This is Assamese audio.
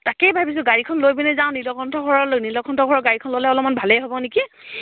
তাকেই ভাবিছোঁ গাড়ীখন লৈ পিনে যাওঁ নীলকন্ঠ ঘৰৰ লৈ নীলকন্ঠ ঘৰৰ গাড়ীখন ল'লে অলপমান ভালেই হ'ব নেকি